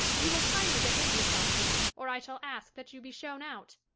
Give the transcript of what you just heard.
you will kindly behave yourself here, or i shall ask that you be shown out.